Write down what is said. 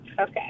Okay